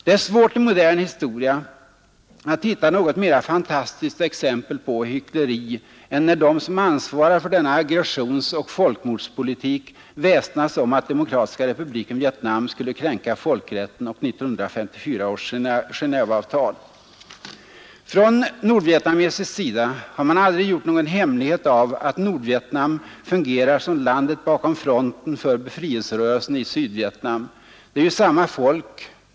Det är svårt att i modern historia hitta något mera fantastiskt exempel på hyckleri än när de som ansvarar för denna aggressionsoch folkmordspolitik nu väsnas om att Demokratiska republiken Vietnam skulle kränka folkrätten och 1954 års Gentveavtal. Från nordvietnamesisk sida har man aldrig gjort någon hemlighet av att Nordvietnam fungerar som landet bakom fronten för befrielserörelsen i Sydvietnam. Det är ju samma folk.